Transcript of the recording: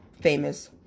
famous